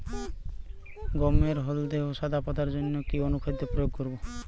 গমের হলদে ও সাদা পাতার জন্য কি অনুখাদ্য প্রয়োগ করব?